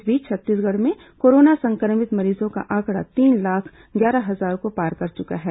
इस बीच छत्तीसगढ़ में कोरोना संक्रमित मरीजों का आंकड़ा तीन लाख ग्यारह हजार को पार कर चुका है